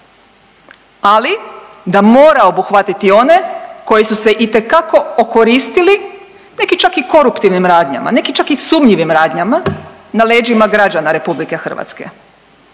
ali da mora obuhvatiti one koji su se itekako okoristili, neki čak i koruptivnim radnjama, neki čak i sumnjivim radnjama na leđima građana RH. Zakon